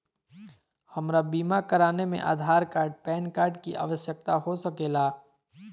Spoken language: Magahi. हमरा बीमा कराने में आधार कार्ड पैन कार्ड की आवश्यकता हो सके ला?